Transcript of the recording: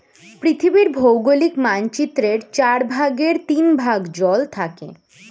পৃথিবীর ভৌগোলিক মানচিত্রের চার ভাগের তিন ভাগ জল থাকে